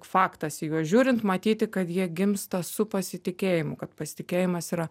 faktas į juos žiūrint matyti kad jie gimsta su pasitikėjimu kad pasitikėjimas yra